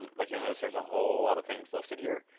like you'll notice there's a whole lot of things listed here.